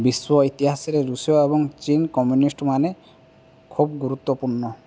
ବିଶ୍ୱ ଇତିହାସରେ ରୁଷୀୟ ଏବଂ ଚୀନ୍ କମ୍ୟୁନିଷ୍ଟ୍ ମାନେ ଖୁବ୍ ଗୁରୁତ୍ୱପୂର୍ଣ୍ଣ